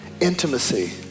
intimacy